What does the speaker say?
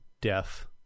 death